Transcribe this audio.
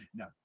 no